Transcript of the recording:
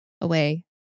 away